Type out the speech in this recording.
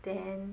then